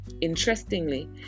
Interestingly